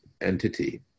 entity